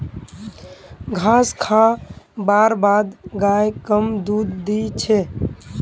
घास खा बार बाद गाय कम दूध दी छे